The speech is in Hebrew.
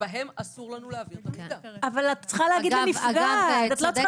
שבהם אסור לנו להעביר את ה --- צודקת היועצת